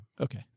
Okay